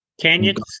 canyons